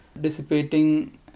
dissipating